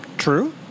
True